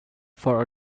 for